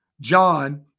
John